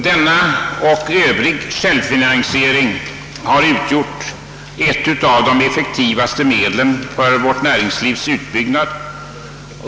Detta och självfinansiering i övrigt har utgjort ett av de effektivaste medlen för vårt näringslivs utbyggnad.